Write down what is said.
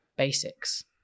basics